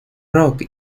rock